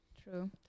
True